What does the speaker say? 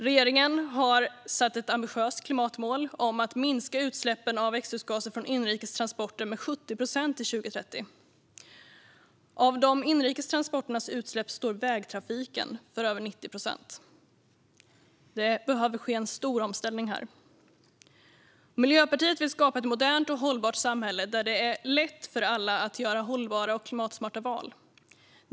Regeringen har satt ett ambitiöst klimatmål om att minska utsläppen av växthusgaser från inrikes transporter med 70 procent till 2030. Av inrikestransporternas utsläpp står vägtrafiken för över 90 procent. Det behöver ske en stor omställning här. Miljöpartiet vill skapa ett modernt och hållbart samhälle där det är lätt för alla att göra hållbara och klimatsmarta val.